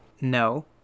No